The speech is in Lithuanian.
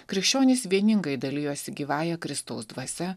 krikščionys vieningai dalijosi gyvąja kristaus dvasia